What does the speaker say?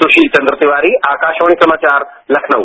सुशील चन्द्र तिवारी आकाशवाणी समाचार लखनऊ